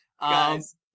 Guys